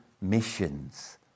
missions